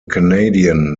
canadian